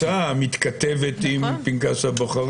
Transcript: זו הייתה ההצעה המתכתבת עם פנקס הבוחרים.